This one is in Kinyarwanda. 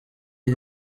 iyi